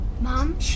Mom